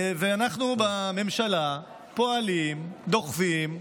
אנחנו בממשלה פועלים, דוחפים.